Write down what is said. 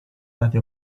lati